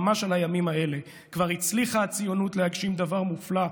ממש על הימים האלה: "כבר הצליחה הציונות להגשים דבר מופלא,